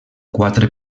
quatre